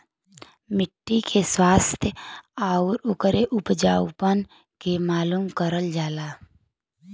मट्टी के स्वास्थ्य आउर ओकरे उपजाऊपन के मालूम करल जाला